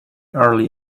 early